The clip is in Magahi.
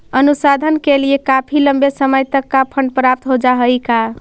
अनुसंधान के लिए काफी लंबे समय तक का फंड प्राप्त हो जा हई का